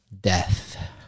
death